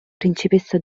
principessa